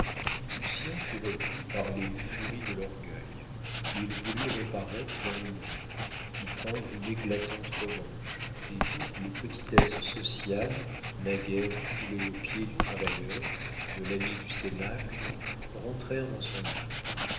destinée lucien fut repris par les furies de l'orgueil il voulut reparaître dans le monde y prendre une éclatante revanche et toutes les petitesses sociales naguère foulées aux pieds du travailleur de l'ami du cénacle rentrèrent dans son âme